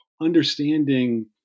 understanding